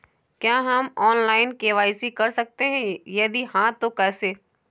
क्या हम online KYC कर सकते हैं यदि हाँ तो कैसे?